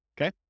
okay